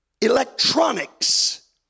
electronics